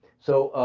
so